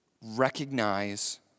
Recognize